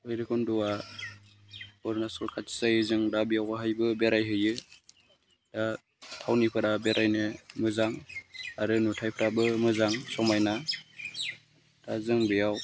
भैरबखुन्द'आ अरुणाचल खाथि जायो जों दा बेवहायबो बेरायहैयो दा थावनिफोरा बेरायनो मोजां आरो नुथायफ्राबो मोजां समायना दा जों बेयाव